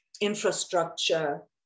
infrastructure